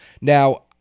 Now